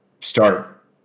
start